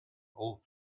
old